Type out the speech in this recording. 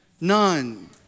None